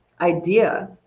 idea